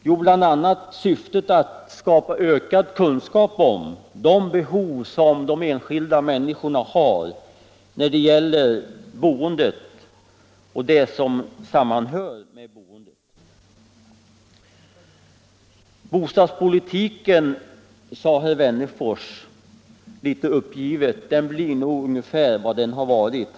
Jo, bl.a. att skapa ökad kunskap om de enskilda människornas behov när det gäller boendet och vad som sammanhör med detta. Bostadspolitiken, sade herr Wennerfors litet uppgivet, blir nog ungefär vad den har varit.